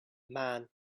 man